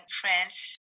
France